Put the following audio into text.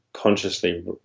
Consciously